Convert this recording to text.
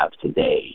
today